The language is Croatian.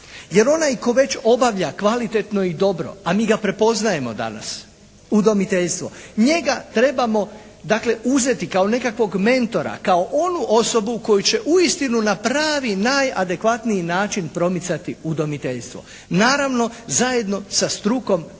Jer onaj tko već obavlja kvalitetno i dobro, a mi ga prepoznajemo danas, udomiteljstvo njega trebamo dakle uzeti kao nekakvog mentora, kao onu osobu koju će uistinu na pravi najadekvatniji način promicati udomiteljstvo. Naravno zajedno sa strukom koja